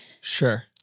Sure